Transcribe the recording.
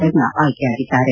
ಪೆರ್ಲಾ ಆಯ್ಕೆಯಾಗಿದ್ದಾರೆ